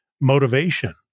motivation